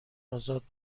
ازاد